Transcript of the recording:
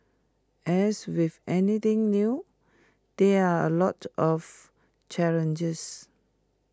as with anything new there are A lot of challenges